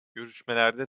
görüşmelerde